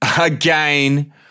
again